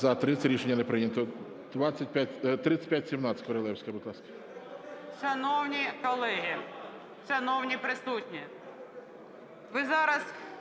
За-30 Рішення не прийнято. 3517, Королевська, будь ласка.